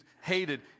hated